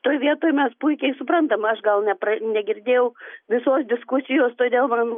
toj vietoj nes puikiai suprantam aš gal nepra negirdėjau visos diskusijos todėl man